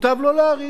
מוטב לא להאריך.